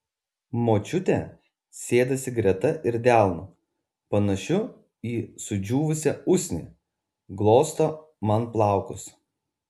močiutė sėdasi greta ir delnu panašiu į sudžiūvusią usnį glosto man plaukus